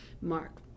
mark